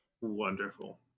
Wonderful